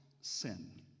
sin